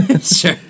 Sure